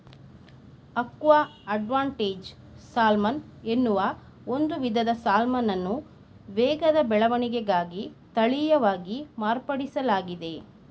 aqua advantage salmon ಎನ್ನುವ ಒಂದು ವಿಧದ ಸಾಲ್ಮನನ್ನು ವೇಗದ ಬೆಳವಣಿಗೆಗಾಗಿ ತಳೀಯವಾಗಿ ಮಾರ್ಪಡಿಸ್ಲಾಗಿದೆ